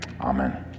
Amen